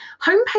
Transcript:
Homepage